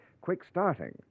quick-starting